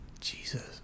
Jesus